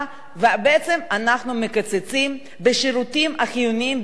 ובעצם אנחנו מקצצים בשירותים החיוניים ביותר.